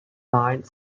line